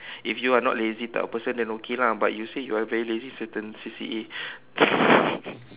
if you're not lazy type of person then okay lah but you said you're very lazy to attend C_C_A